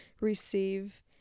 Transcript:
receive